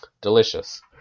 delicious